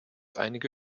einige